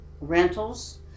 rentals